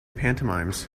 pantomimes